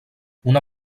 una